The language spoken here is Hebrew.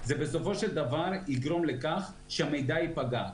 בסופו של דבר זה יגרום לכך שהמידע ייפגע.